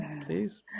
Please